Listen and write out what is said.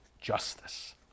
justice